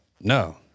No